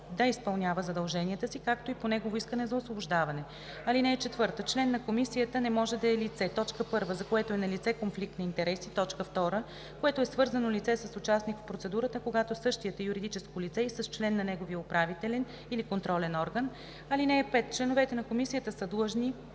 да изпълнява задълженията си, както и по негово искане за освобождаване. (4) Член на комисията не може да е лице: 1. за което е налице конфликт на интереси; 2. което е свързано лице с участник в процедурата, а когато същият е юридическо лице – и с член на неговия управителен или контролен орган. (5) Членовете на комисията са длъжни